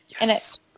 Yes